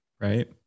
right